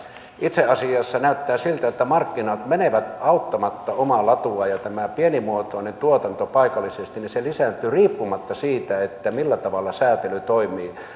itse asiassa näyttää siltä että markkinat menevät auttamatta omaa latuaan ja tämä pienimuotoinen tuotanto paikallisesti lisääntyy riippumatta siitä millä tavalla säätely toimii